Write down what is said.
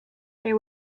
there